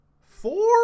Four